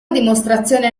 dimostrazione